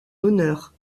honneur